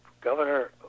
Governor